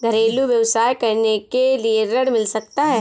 घरेलू व्यवसाय करने के लिए ऋण मिल सकता है?